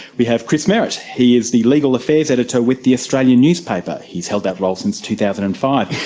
we have chris merritt. he is the legal affairs editor with the australian newspaper. he's had that role since two thousand and five,